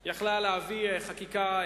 והיא יכלה להביא חקיקה.